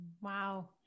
Wow